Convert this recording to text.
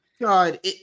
God